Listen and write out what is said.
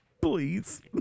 Please